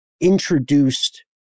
introduced